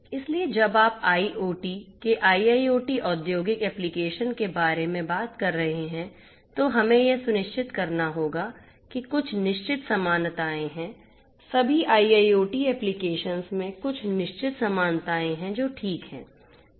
इसलिए जब आप आईओटी के IIoT औद्योगिक ऍप्लिकेशन्स के बारे में बात कर रहे हैं तो हमें यह सुनिश्चित करना होगा कि कुछ निश्चित समानताएँ हैं सभी IIoT ऍप्लिकेशन्स में कुछ निश्चित समानताएँ हैं जो ठीक हैं